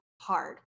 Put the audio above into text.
hard